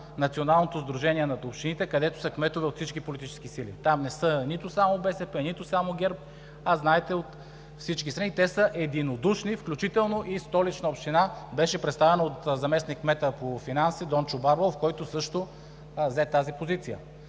Националното сдружение на общините, където са кметове от всички политически сили – там не са нито само БСП, нито само ГЕРБ, а от всички страни. Те са единодушни, включително и Столична община беше представена от заместник-кмета по финансите Дончо Барбалов, който също зае тази позиция.